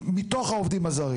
מתוך העובדים הזרים.